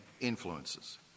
influences